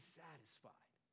satisfied